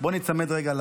בוא ניצמד רגע,